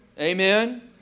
Amen